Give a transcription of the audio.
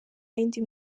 yindi